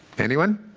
anyone?